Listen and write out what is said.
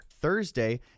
Thursday